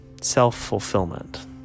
self-fulfillment